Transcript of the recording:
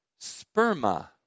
sperma